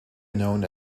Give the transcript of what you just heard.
known